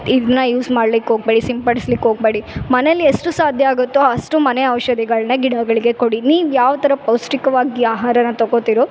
ಇದನ್ನ ಯೂಸ್ ಮಾಡ್ಲಿಕ್ಕೆ ಹೋಗ್ಬೇಡಿ ಸಿಂಪಡಿಸ್ಲಿಕ್ಕೆ ಹೋಗ್ಬೇಡಿ ಮನೆಯಲ್ಲಿ ಎಷ್ಟು ಸಾಧ್ಯ ಆಗುತ್ತೋ ಅಷ್ಟು ಮನೆ ಔಷಧಿಗಳ್ನೆ ಗಿಡಗಳಿಗೆ ಕೊಡಿ ನೀವು ಯಾವ್ತರ ಪೌಷ್ಠಿಕವಾಗಿ ಆಹಾರನ ತಗೊತಿರೋ